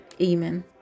Amen